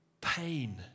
Pain